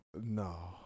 No